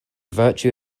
virtue